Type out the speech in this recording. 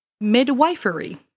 midwifery